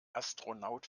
astronaut